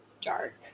dark